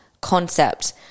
concept